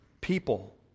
people